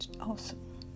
Awesome